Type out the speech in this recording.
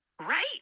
right